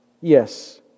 Yes